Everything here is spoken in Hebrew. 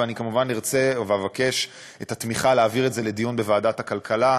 ואני כמובן ארצה ואבקש את התמיכה להעביר את זה לדיון בוועדת הכלכלה,